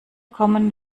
kommen